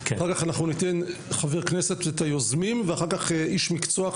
אחר כך ניתן חבר כנסת והיוזמים ואחר כך איש מקצוע,